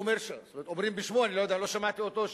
אומרים בשמו, לא שמעתי אותו,